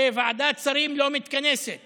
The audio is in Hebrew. שוועדת שרים לא מתכנסת